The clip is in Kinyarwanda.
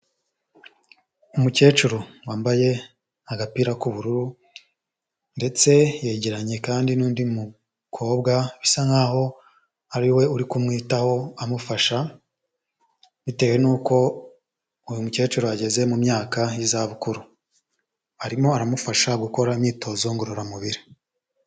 Umukecuru wambaye agapira k'ubururu ndetse yegeranye kandi n'undi mukobwa bisa nkaho ari we uri kumwitaho amufasha, bitewe n'uko uyu mukecuru ageze mu myaka y'izabukuru, arimo aramufasha gukora imyitozo ngororamubiri.